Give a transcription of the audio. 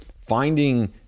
finding